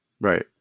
right